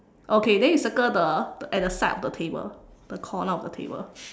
okay then you circle the at the side of the table the corner of the table